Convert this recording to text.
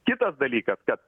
kitas dalykas kad